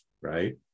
right